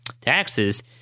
taxes